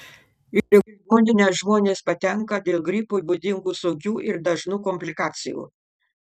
į ligoninę žmonės patenka dėl gripui būdingų sunkių ir dažnų komplikacijų